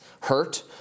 hurt